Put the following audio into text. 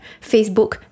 Facebook